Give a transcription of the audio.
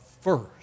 first